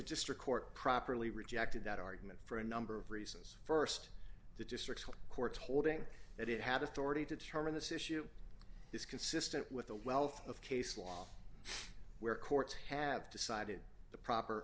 district court properly rejected that argument for a number of reasons st the district court's holding that it had authority to determine this issue is consistent with the wealth of case law where courts have decided the proper